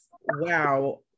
wow